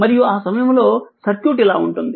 మరియు ఆ సమయంలో సర్క్యూట్ ఇలా ఉంటుంది